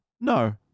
No